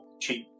cheap